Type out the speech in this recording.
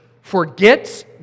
forgets